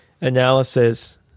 analysis